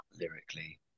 lyrically